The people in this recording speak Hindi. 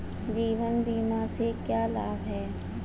जीवन बीमा से क्या लाभ हैं?